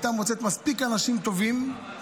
הייתה מוצאת מספיק אנשים טובים,